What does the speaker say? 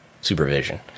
supervision